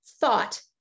thought